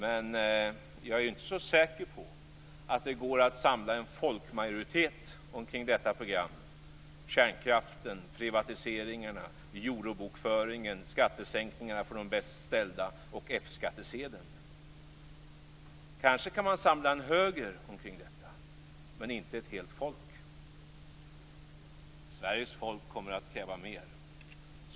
Men jag är inte så säker på att det går att samla en folkmajoritet omkring detta program - kärnkraften, privatiseringarna, eurobokföringen, skattesänkningarna för de bäst ställda och F-skattesedeln. Kanske kan man samla en höger omkring detta, men inte ett helt folk. Sveriges folk kommer att kräva mer.